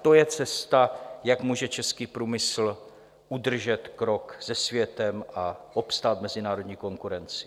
To je cesta, jak může český průmysl udržet krok se světem a obstát v mezinárodní konkurenci.